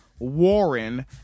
Warren